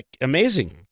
amazing